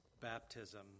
baptism